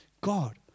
God